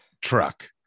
truck